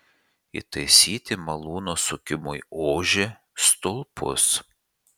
įtaisyti malūno sukimui ožį stulpus